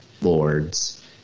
lords